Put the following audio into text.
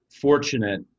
fortunate